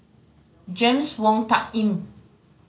James Wong Tuck Yim